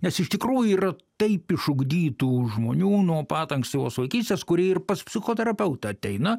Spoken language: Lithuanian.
nes iš tikrųjų yra taip išugdytų žmonių nuo pat ankstyvos vaikystės kurie ir pas psichoterapeutą ateina